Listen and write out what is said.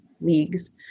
leagues